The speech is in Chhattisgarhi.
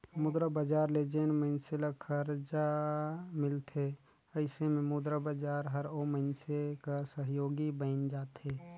मुद्रा बजार ले जेन मइनसे ल खरजा मिलथे अइसे में मुद्रा बजार हर ओ मइनसे कर सहयोगी बइन जाथे